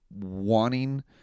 wanting